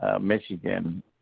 Michigan